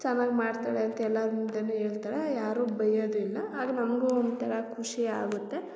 ಚೆನ್ನಾಗಿ ಮಾಡ್ತಾಳೆ ಅಂತ ಎಲ್ಲರ ಮುಂದೆಯೂ ಹೇಳ್ತಳೆ ಯಾರೂ ಬಯ್ಯೋದೂ ಇಲ್ಲ ಆಗ ನಮಗೂ ಒಂಥರ ಖುಷಿ ಆಗುತ್ತೆ